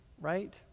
right